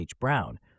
Brown